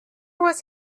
was